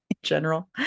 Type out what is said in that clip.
general